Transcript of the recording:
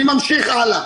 אני ממשיך הלאה.